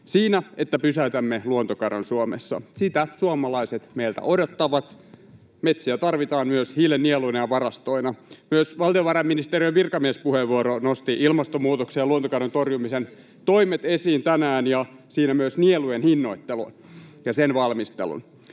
siinä, että pysäytämme luontokadon Suomessa. Sitä suomalaiset meiltä odottavat. Metsiä tarvitaan myös hiilinieluina ja ‑varastoina. Myös valtiovarainministeriön virkamiespuheenvuoro nosti ilmastonmuutoksen ja luontokadon torjumisen toimet esiin tänään ja siinä myös nielujen hinnoittelun ja sen valmistelun.